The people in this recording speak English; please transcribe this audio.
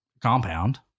compound